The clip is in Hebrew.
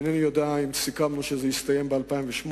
אינני יודע אם סיכמנו שזה יסתיים ב-2008.